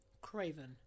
craven